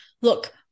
look